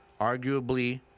arguably